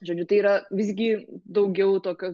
žodžiu tai yra visgi daugiau tokio